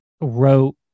wrote